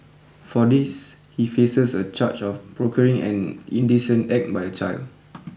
for this he faces a charge of procuring an indecent act by a child